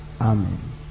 Amen